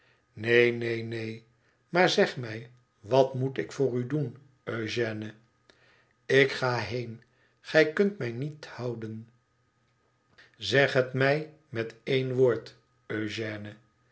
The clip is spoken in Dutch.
neen neen neen maar zeg mij wat moet ik voor u doen eugêne ik ga heen gij kunt mij niet houden t zeg het mij met één woord eugène